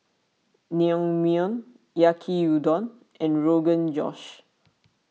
Naengmyeon Yaki Udon and Rogan Josh